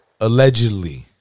Allegedly